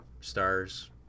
Stars